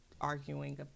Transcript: arguing